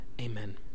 Amen